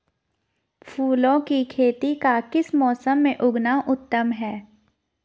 फूलों की खेती का किस मौसम में उगना उत्तम है?